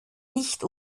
nicht